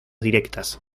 directas